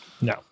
No